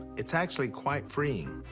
it's actually quite freeing.